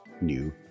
new